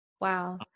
Wow